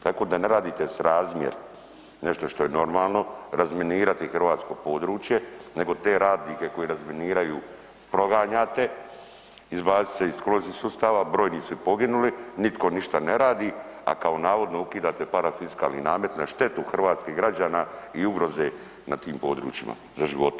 Tako da ne radite srazmjer nešto što je normalno, razminirati hrvatsko područje, nego te radnike koji razminiraju proganjate, izbacite ih skroz iz sustava, brojni su i poginuli, nitko ništa ne radi, a kao navodno ukidate parafiskalni namet na štetu hrvatskih građana i ugroze na tim područjima za života.